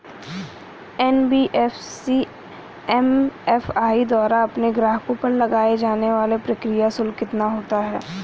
NBFC MFI द्वारा अपने ग्राहकों पर लगाए जाने वाला प्रक्रिया शुल्क कितना होता है?